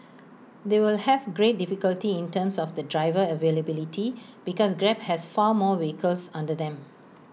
they will have great difficulty in terms of the driver availability because grab has far more vehicles under them